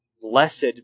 blessed